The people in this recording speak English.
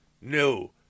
No